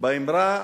באמירה